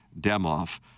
Demoff